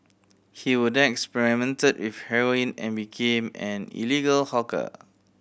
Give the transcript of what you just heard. he will then experimented with heroin and became an illegal hawker